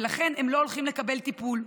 ולכן הם לא הולכים לקבל טיפול.